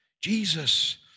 Jesus